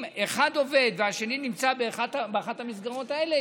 אם אחד עובד והשני נמצא באחת המסגרות האלה,